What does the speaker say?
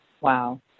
Wow